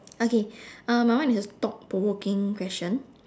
okay uh my one is a thought provoking question